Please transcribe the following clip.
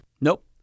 Nope